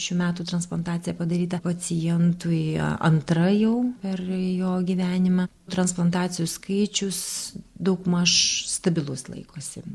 šių metų transplantacija padaryta pacientui antra jau per jo gyvenimą transplantacijų skaičius daugmaž stabilus laikosi